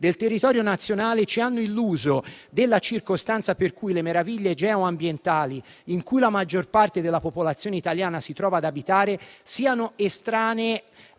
del territorio nazionale ci hanno illuso e ci illudono che quelle stesse meraviglie geo-ambientali, in cui la maggior parte della popolazione italiana si trova ad abitare, siano estranee